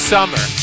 Summer